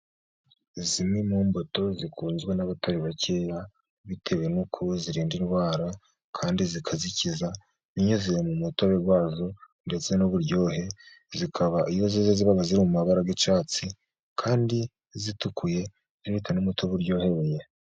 Zimwe mu mbuto zikunzwe n'abatari bakeya, bitewe n'uko zirinda indwara, kandi zikazikiza, binyuze mu mutobe wazo, ndetse n'uburyohe, zikaba iyo zeze ziba ziri mu mabara y'icyatsi, kandi zitukuye, zifite n'umutobe uryohereye.